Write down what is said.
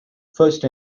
first